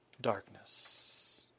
darkness